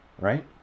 right